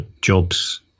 jobs